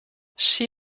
she